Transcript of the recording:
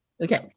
Okay